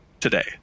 today